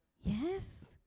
Yes